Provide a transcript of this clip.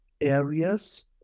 areas